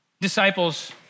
disciples